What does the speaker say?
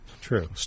True